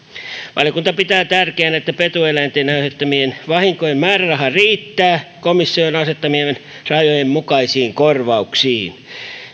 valiokunta pitää tärkeänä että petoeläinten aiheuttamien vahinkojen määräraha riittää komission asettamien rajojen mukaisiin korvauksiin